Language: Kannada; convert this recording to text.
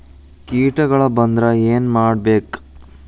ಕೇಟಗಳ ಬಂದ್ರ ಏನ್ ಮಾಡ್ಬೇಕ್?